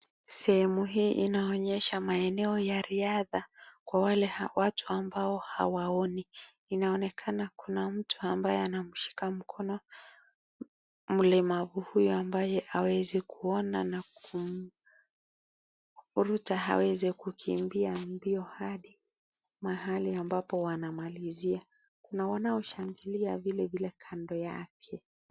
Sehemu hii inaonyesha maeneo ya riadha kwa wale watu hawaoni. Inaoneka kuna mtu anayemshika mkono mlemavu huyo ambaye hawezi kuona na kumvuruta hawezi kukimbia mbio hadi mahali ambapo wanamalizia, naona wanao shangilia kando yake.